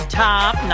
top